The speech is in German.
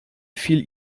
fiel